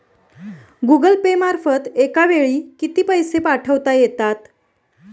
Google Pay मार्फत एका वेळी किती पैसे पाठवता येतात?